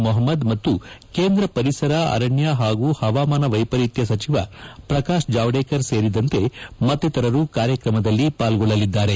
ಮೊಹಮ್ಮದ್ ಮತ್ತು ಕೇಂದ್ರ ಪರಿಸರ ಅರಣ್ಯ ಹಾಗೂ ಹವಾಮಾನ ವೈಪರೀತ್ಯ ಸಚಿವ ಪ್ರಕಾಶ್ ಜಾವಡೇಕರ್ ಸೇರಿದಂತೆ ಮತ್ತಿತರರು ಕಾರ್ಯಕ್ರಮದಲ್ಲಿ ಪಾಲ್ಗೊಳ್ಳಲಿದ್ದಾರೆ